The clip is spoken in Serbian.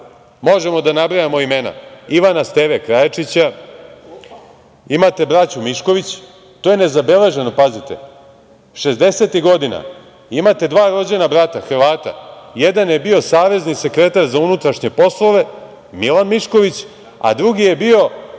Hrvati. Možemo da nabrajamo imena Ivana Steve Krajačića. Imate braću Mišković. To je nezabeleženo. Pazite, šezdesetih godina imate dva rođena brata Hrvata, jedan je bio savezni sekretar za unutrašnje poslove – Milan Mišković, a drugi je bio